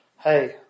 hey